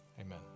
Amen